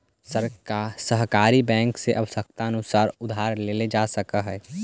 सहकारी बैंक से आवश्यकतानुसार उधार लेल जा सकऽ हइ